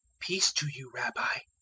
peace to you, rabbi!